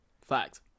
Fact